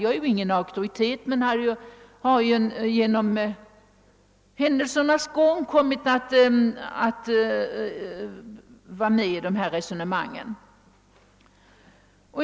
Jag är ingen auktoritet på detta område men har ju genom händelsernas gång kommit att delta i dessa resonemang.